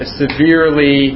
severely